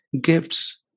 gifts